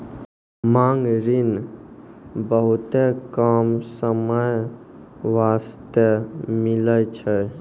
मांग ऋण बहुते कम समय बास्ते मिलै छै